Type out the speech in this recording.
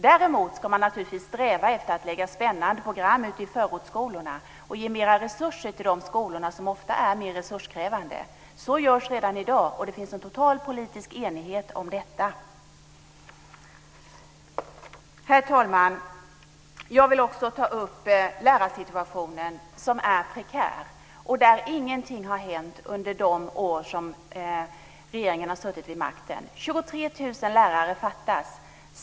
Däremot ska man naturligtvis sträva efter att lägga spännande program ute i förortsskolorna och ge mer resurser till de skolorna, som ofta är mer resurskrävande. Så görs redan i dag, och det finns en total politisk enighet om detta. Herr talman! Jag vill också ta upp lärarsituationen, som är prekär. Ingenting har hänt under de år som regeringen har suttit vid makten. 23 000 lärare fattas.